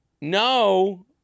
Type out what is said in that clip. No